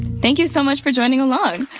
thank you so much for joining along.